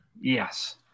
Yes